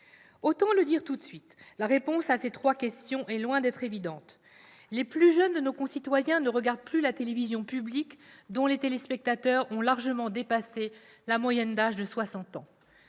Autant le dire tout de suite, la réponse à ces trois questions est loin d'être évidente ! Les plus jeunes de nos concitoyens ne regardent plus la télévision publique, dont les téléspectateurs ont largement dépassé la moyenne d'âge de soixante